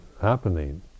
happening